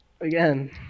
Again